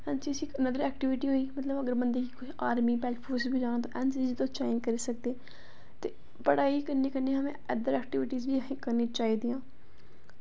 अं'ऊ जिसी बी एक्टीविटी मतलब बंदे गी आर्मी च अगर जाना होऐ ते तुस एनसीसी ज्वाईन करी सकदे ते पढ़ाई दे कन्नै कन्नै असें अदर एक्टीविटी बी करनी चाही दियां